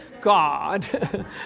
God